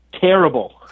Terrible